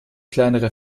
kleinere